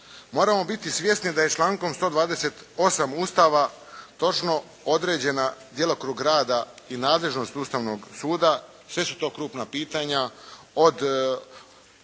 Moramo biti svjesni da je člankom 128. Ustava točno određen djelokrug rada i nadležnost Ustavnog suda, sve su to krupna pitanja, o